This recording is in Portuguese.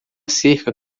cerca